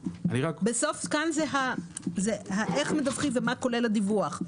בסוף כאן זה איך מדווחים ומה כוללים הדיווחים.